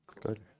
Good